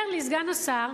אומר לי סגן השר: